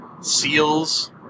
seals